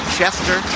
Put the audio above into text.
Chester